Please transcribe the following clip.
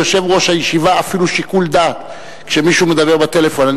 ליושב-ראש הישיבה אפילו שיקול דעת כשמישהו מדבר בטלפון.